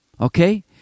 okay